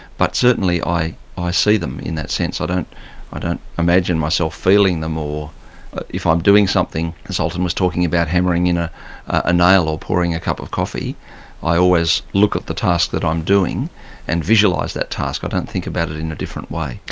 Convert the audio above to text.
but certainly i i see them in that sense, i don't ah don't imagine myself feeling them, or if i'm doing something as zoltan was talking about hammering in ah a nail, or pouring a cup of coffee i always look at the task that i'm doing and visualise that task i don't think about it in a different way.